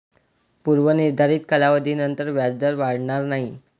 पूर्व निर्धारित कालावधीनंतर व्याजदर वाढणार नाही